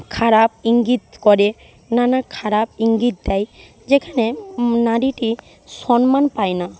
খারাপ ইঙ্গিত করে নানা খারাপ ইঙ্গিত দেয় যেখানে নারীটি সম্মান পায় না